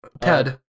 Ted